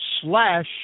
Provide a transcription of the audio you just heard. slash